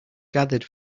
gathered